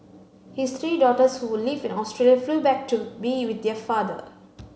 his three daughters who live in Australia flew back to be with their father